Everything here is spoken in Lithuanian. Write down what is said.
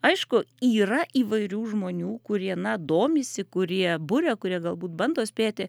aišku yra įvairių žmonių kurie na domisi kurie buria kurie galbūt bando spėti